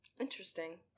Interesting